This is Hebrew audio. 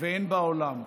והן בעולם.